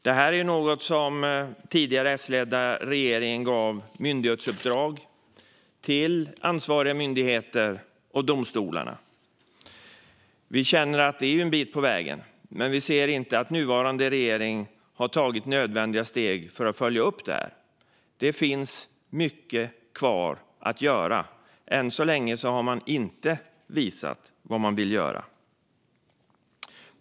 Detta är något som ingick i myndighetsuppdrag som den tidigare Sledda regeringen gav till ansvariga myndigheter och till domstolarna. Vi känner att det är en bit på vägen, men vi ser inte att nuvarande regering har tagit nödvändiga steg för att följa upp detta. Det finns mycket kvar att göra. Än så länge har man inte visat vad man vill göra.